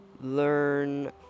learn